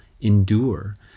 endure